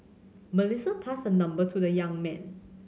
Melissa passed her number to the young man